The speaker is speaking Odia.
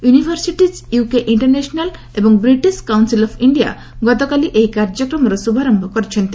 ୟୁନିଭରସିଟିଜ୍ ୟୁକେ ଇଷ୍ଟରନ୍ୟାସନାଲ୍ ଏବଂ ବ୍ରିଟିଶ୍ କାଉନ୍ସିଲ୍ ଅଫ୍ ଇଣ୍ଡିଆ ଗତକାଲି ଏହି କାର୍ଯ୍ୟକ୍ରମର ଶୁଭାରମ୍ଭ କରିଛନ୍ତି